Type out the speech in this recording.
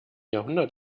jahrhundert